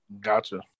gotcha